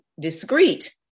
discreet